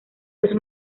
los